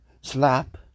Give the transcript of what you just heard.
slap